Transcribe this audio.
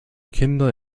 kinder